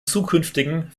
zukünftigen